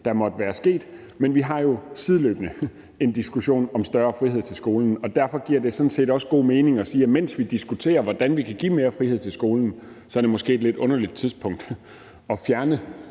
der måtte være sket, men vi har jo sideløbende en diskussion om større frihed til skolen, og derfor giver det sådan set også god mening at sige, at mens vi diskuterer, hvordan vi kan give mere frihed til skolen, er det måske et lidt underligt tidspunkt at fjerne